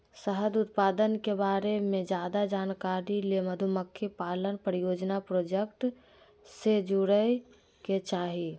शहद उत्पादन के बारे मे ज्यादे जानकारी ले मधुमक्खी पालन परियोजना प्रोजेक्ट से जुड़य के चाही